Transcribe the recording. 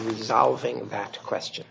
resolving that question